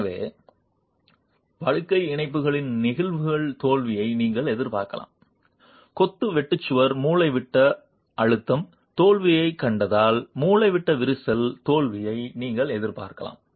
எனவே படுக்கை மூட்டுகளில் நெகிழ் தோல்வியை நீங்கள் எதிர்பார்க்கலாம் கொத்து வெட்டு சுவரில் மூலைவிட்ட பதற்றம் தோல்வியைக் கண்டதால் மூலைவிட்ட விரிசல் தோல்வியை நீங்கள் எதிர்பார்க்கலாம்